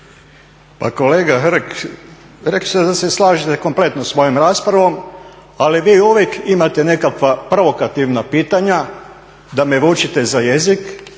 Pa kolega Hrg, rekli ste da se slažete kompletno sa mojom raspravom ali vi uvijek imate nekakva provokativna pitanja da me vučete za jezik